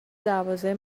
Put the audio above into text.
دروازه